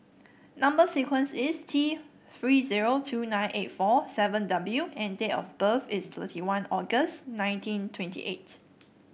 number sequence is T Three zero two nine eight four seven W and date of birth is thirty one August nineteen twenty eight